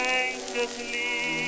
anxiously